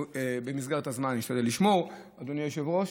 במסגרת הזמן, אני אשתדל לשמור, אדוני היושב-ראש.